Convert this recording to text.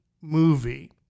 movie